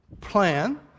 plan